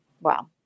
Wow